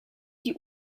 die